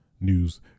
news